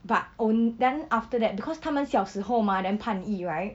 but on~ then after that because 他们小时候吗 then 判亦 right